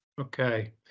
Okay